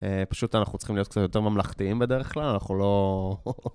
פשוט אנחנו צריכים להיות קצת יותר ממלכתיים בדרך כלל, אנחנו לא...